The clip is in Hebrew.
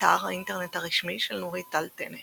אתר האינטרנט הרשמי של נורית טל טנא